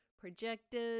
projectors